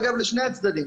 ואגב לשני הצדדים,